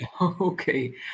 Okay